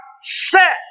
set